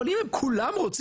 אבל אם הם כולם רוצים,